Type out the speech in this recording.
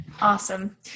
Awesome